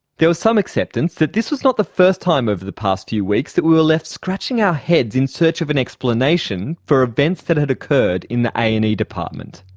there was some acceptance that this was not the first time over the past few weeks that we were left scratching our heads in search of an explanation for events that had occurred in the a and e department.